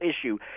issue